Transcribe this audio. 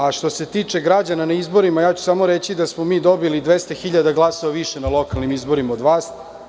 A što se tiče građana na izborima, ja ću samo reći da smo mi dobili 200 hiljada glasova na lokalnim izborima više od vas.